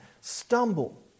stumble